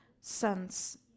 sons